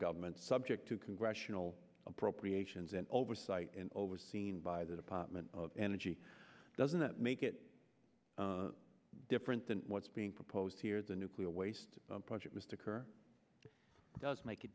government subject to congressional appropriations and oversight overseen by the department of energy doesn't that make it different than what's being proposed here the nuclear waste project was to occur does make